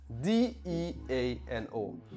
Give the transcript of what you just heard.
D-E-A-N-O